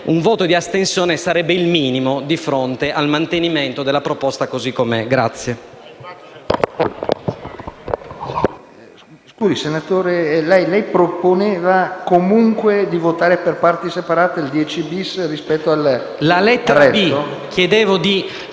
un voto di astensione sarebbe il minimo di fronte al mantenimento della proposta emendativa